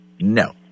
No